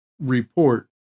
report